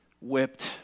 whipped